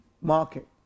market